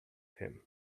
him